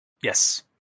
Yes